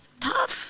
tough